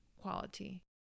quality